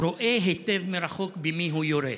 רואה היטב מרחוק במי הוא יורה.